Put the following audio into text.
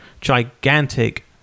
gigantic